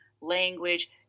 language